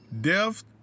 Death